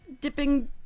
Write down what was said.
dipping